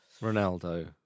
Ronaldo